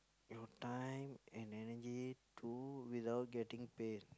your time and energy to without getting paid